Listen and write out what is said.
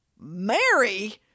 Mary